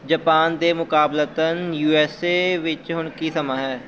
Japan ਦੇ ਮੁਕਾਬਲਤਨ U S A ਵਿੱਚ ਹੁਣ ਕੀ ਸਮਾਂ ਹੈ